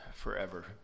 forever